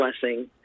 blessing